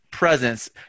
presence